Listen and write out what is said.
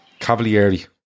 Cavalieri